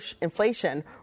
inflation